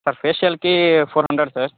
sir ఫేషియల్కి four hundred sir